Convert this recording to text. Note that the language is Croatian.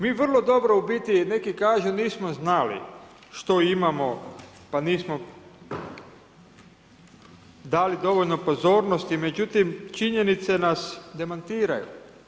Mi vrlo dobro u biti, neki kažu nismo znali što imamo, pa nismo dali dovoljno pozornosti, međutim, činjenice nas demantiraju.